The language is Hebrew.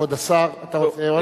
כבוד השר, אתה עונה עוד?